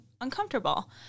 uncomfortable